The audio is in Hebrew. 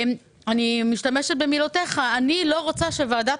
אני משתמשת במילותיך: אני לא רוצה שוועדת